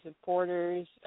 supporters